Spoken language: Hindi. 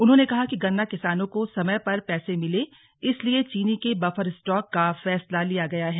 उन्होंने कहा कि गन्ना किसानों को समय पर पैसे मिले इसीलिए चीनी के बफर स्टॉक का फैसला लिया गया है